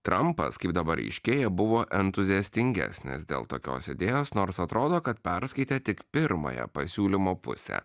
trampas kaip dabar aiškėja buvo entuziastingesnis dėl tokios idėjos nors atrodo kad perskaitė tik pirmąją pasiūlymo pusę